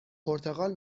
پرتقال